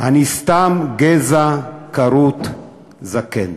אני סתם גזע עץ כרות זקן".